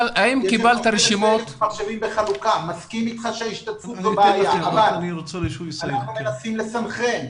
אני מסכים אתך שההשתתפות מהווה בעיה אבל אנחנו מנסים לסנכרן.